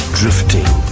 drifting